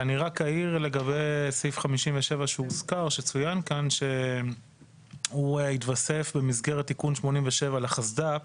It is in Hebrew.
אני רק אעיר לגבי סעיף 57 שצוין כאן שהוא התווסף במסגרת תיקון 87 לחסד"פ